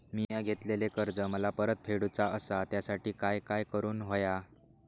मिया घेतलेले कर्ज मला परत फेडूचा असा त्यासाठी काय काय करून होया?